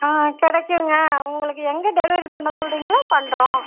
ஆ கிடைக்குங்க உங்களுக்கு எங்கே டெலிவரி பண்ண சொல்கிறீங்களோ பண்ணுறோம்